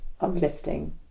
uplifting